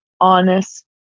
honest